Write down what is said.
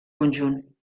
conjunt